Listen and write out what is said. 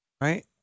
right